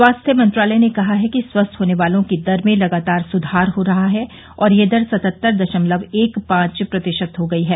स्वास्थ्य मंत्रालय ने कहा है कि स्वस्थ होने वालों की दर में लगातार सुधार हो रहा है और यह दर सतहत्तर दशमलव एक पांच प्रतिशत हो गई है